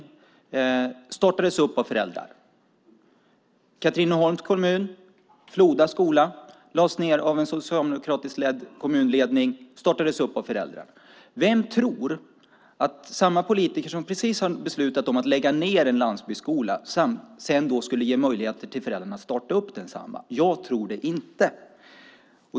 Den startades upp av föräldrar. Floda skola i Katrineholms kommun lades ned av en socialdemokratisk kommunledning. Den startades också upp av föräldrar. Vem tror att samma politiker som precis har beslutat om att lägga ned en landsbygdskola sedan kommer att ge möjligheter till föräldrar att starta densamma igen? Jag tror det inte.